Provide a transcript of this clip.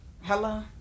Hello